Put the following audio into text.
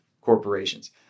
corporations